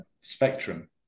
spectrum